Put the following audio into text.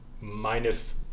minus